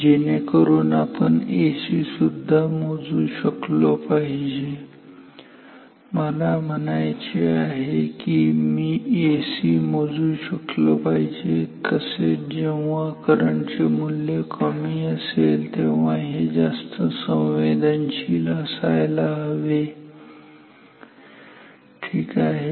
जेणेकरून आपण एसी सुद्धा समजू शकलो पाहिजे मला म्हणायचे आहे की मी एसी मोजू शकलो पाहिजे तसेच जेव्हा करंट मूल्य कमी असेल हे जास्त संवेदनशील असले पाहिजे ठीक आहे